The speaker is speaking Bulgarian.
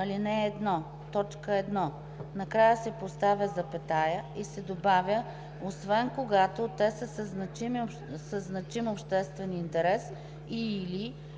ал. 1, т. 1 накрая се поставя запетая и се добавя „освен когато те са със значим обществен интерес и/или ползите